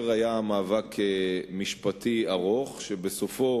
היה מאבק משפטי ארוך, ובסופו